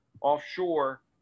offshore